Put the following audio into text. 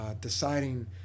deciding